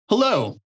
Hello